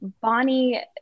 Bonnie